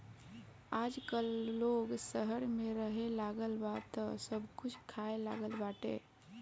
आजकल लोग शहर में रहेलागल बा तअ सब कुछ खाए लागल बाटे